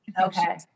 Okay